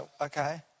Okay